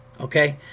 Okay